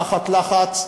תחת לחץ,